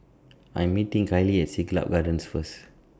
I Am meeting Kaylee At Siglap Gardens First